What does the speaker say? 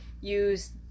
use